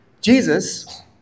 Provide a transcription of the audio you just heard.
Jesus